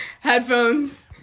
headphones